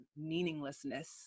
meaninglessness